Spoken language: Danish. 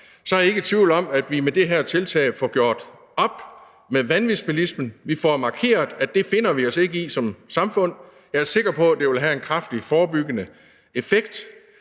– er jeg ikke i tvivl om, at vi med det her tiltag får gjort op med vanvidsbilisme. Vi får markeret, at det finder vi os ikke i som samfund. Jeg er sikker på, at det vil have en kraftig forebyggende effekt,